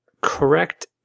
Correct